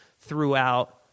throughout